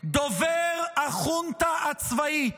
"דובר החונטה הצבאית".